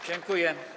Dziękuję.